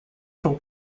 vom